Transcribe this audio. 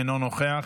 אינו נוכח.